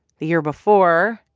the year before,